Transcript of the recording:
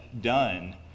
done